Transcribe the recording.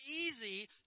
easy